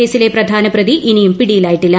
കേസിലെ പ്രധാന പ്രതി ഇനിയും പിടിയിലായിട്ടില്ല